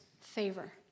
favor